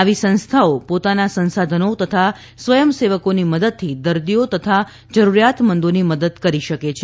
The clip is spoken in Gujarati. આવી સંસ્થાઓ પોતાના સંસાધનો તથા સ્વંયસેવકોની મદદથી દર્દીઓ તથા જરૂરિયાતમંદોની મદદ કરી શકે છે